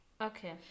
Okay